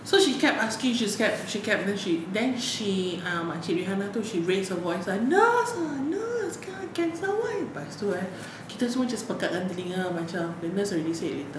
so she kept asking she's like she kept then she then she ah makcik rihanna so she raise her voice ah nurse ah nurse can someone lepas itu eh kita semua just pekakkan telinga ah macam the nurse already say later